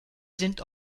sind